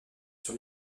sur